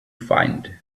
find